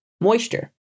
moisture